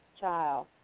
Child